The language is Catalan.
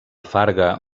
farga